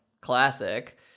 classic